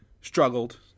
struggled